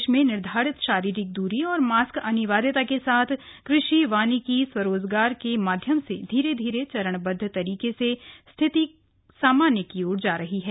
प्रदेश में निर्धारित शारीरिक दूरी और मास्क अनिवार्यता के साथ कृषि वानिकी और स्वरोजगार के माध्यम से धीरे धीरे चरणबद्व तरीके से स्थिति सामान्य की ओर जा रही है